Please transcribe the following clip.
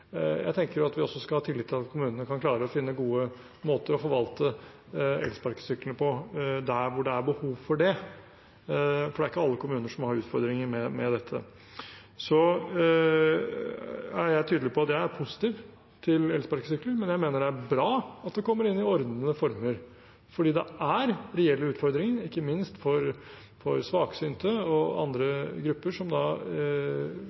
Jeg tenker at vi også skal ha tillit til at kommunene kan klare å finne gode måter å forvalte elsparkesyklene på der hvor det er behov for det. Det er ikke alle kommuner som har utfordringer med dette. Jeg er tydelig på at jeg er positiv til elsparkesykler, men jeg mener det er bra at det kommer inn i ordnede former, for det er reelle utfordringer, ikke minst for svaksynte og